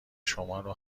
شمارو